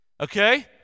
okay